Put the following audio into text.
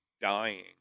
dying